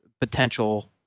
potential